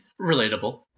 relatable